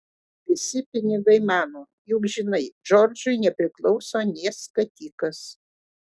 visi pinigai mano juk žinai džordžui nepriklauso nė skatikas